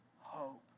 hope